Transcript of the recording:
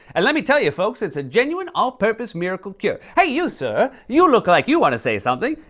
and let me tell ya, folks, it's a genuine all-purpose miracle cure. hey, you, sir! you look like you want to say something.